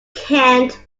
cannot